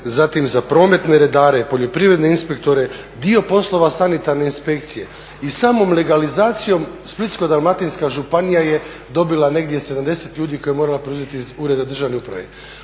zatim za prometne redare, poljoprivredne inspektore, dio poslova Sanitarne inspekcije. I samom legalizacijom Splitsko-dalmatinska županija je dobila negdje 70 ljudi koje je morala preuzeti iz Ureda državne uprave.